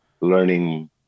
learning